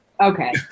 Okay